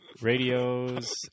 Radios